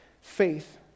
faith